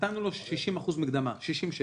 נתנו לו 60% מקדמה, 60 שקל.